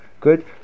Good